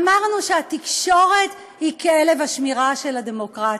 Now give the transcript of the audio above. אמרנו שהתקשורת היא כלב השמירה של הדמוקרטיה.